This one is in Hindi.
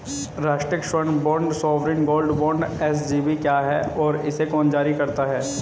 राष्ट्रिक स्वर्ण bond sovereign gold bond SGB क्या है और इसे कौन जारी करता है?